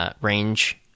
Range